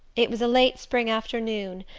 it was a late spring afternoon,